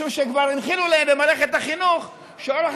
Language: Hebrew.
משום שכבר הנחילו להם במערכת החינוך שאורח